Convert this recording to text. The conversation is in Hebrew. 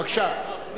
בבקשה.